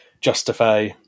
justify